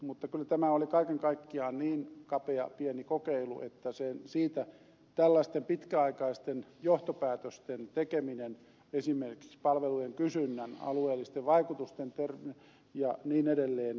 mutta kyllä tämä oli kaiken kaikkiaan niin kapea pieni kokeilu että siitä tällaisten pitkäaikaisten johtopäätösten tekeminen esimerkiksi palvelujen kysynnän alueellisten vaikutusten ja niin edelleen